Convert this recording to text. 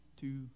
two